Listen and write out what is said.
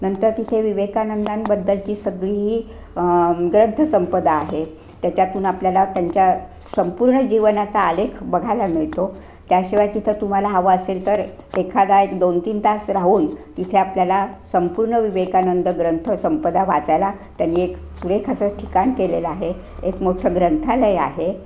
नंतर तिथे विवेकानंदांबद्दलची सगळी ग्रंथसंपदा आहे त्याच्यातून आपल्याला त्यांच्या संपूर्ण जीवनाचा आलेख बघायला मिळतो त्याशिवाय तिथं तुम्हाला हवं असेल तर एखादा एक दोन तीन तास राहून तिथे आपल्याला संपूर्ण विवेकानंद ग्रंथसंपदा वाचायला त्यांनी एक सुरेख असं ठिकाण केलेलं आहे एक मोठं ग्रंथालय आहे